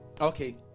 Okay